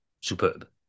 superb